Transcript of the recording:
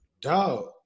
dog